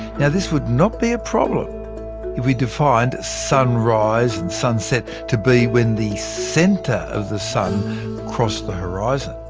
yeah this would not be a problem if we defined sunrise and sunset to be when the centre of the sun crossed the horizon.